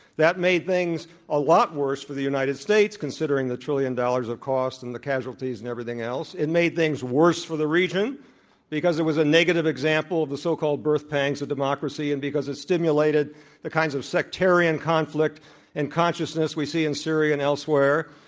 that made things a lot worse for the united states, considering the trillion dollars of cost and the casualties and everything else. it made things worse for the region because it was a negative example of the so-called so-called birth pangs of democracy and because it stimulated the kinds of sectarian conflict and consciousness we see in syria and elsewhere.